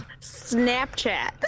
Snapchat